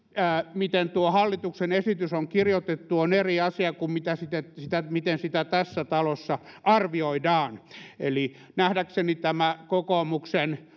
miten tuo hallituksen esitys on kirjoitettu on eri asia kuin se miten sitä tässä talossa arvioidaan eli nähdäkseni tämä kokoomuksen